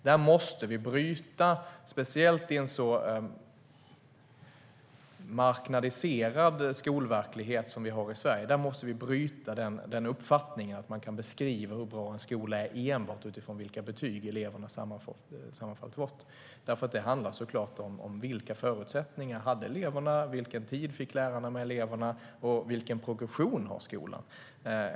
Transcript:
Där måste vi, speciellt i en så marknadiserad skolverklighet som vi har i Sverige, bryta uppfattningen att man kan beskriva hur bra en skola är enbart utifrån vilka betyg som eleverna sammantaget har fått. Det handlar såklart om vilka förutsättningar som eleverna hade, vilken tid som lärarna fick med eleverna och vilken progression som skolan har.